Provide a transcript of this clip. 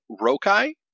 Rokai